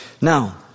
Now